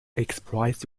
express